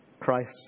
Christ